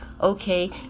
Okay